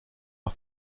are